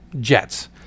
jets